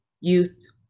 youth